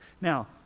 Now